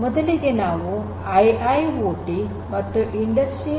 ಮೊದಲಿಗೆ ನಾವು ಐಐಓಟಿ ಮತ್ತು ಇಂಡಸ್ಟ್ರಿ ೪